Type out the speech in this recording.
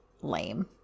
lame